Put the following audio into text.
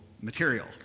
material